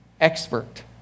expert